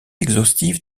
exhaustive